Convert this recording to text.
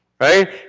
Right